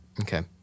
Okay